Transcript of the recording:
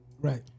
Right